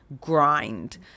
grind